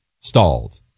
stalled